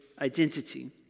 identity